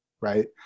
Right